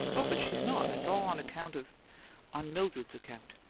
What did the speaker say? oh, but she's not. it's all on account of on mildred's account,